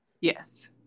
yes